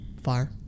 Fire